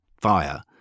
fire